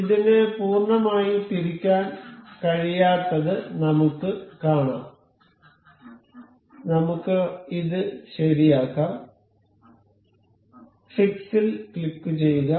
ഇതിന് പൂർണ്ണമായി തിരിക്കാൻ കഴിയാത്തത് നമുക്ക് കാണാം നമുക്ക് ഇത് ശരിയാക്കാം ഫിക്സ് ൽ ക്ലിക്കുചെയ്യുക